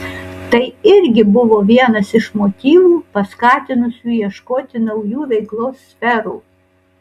tai irgi buvo vienas iš motyvų paskatinusių ieškoti naujų veiklos sferų